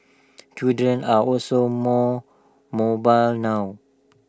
children are also more mobile now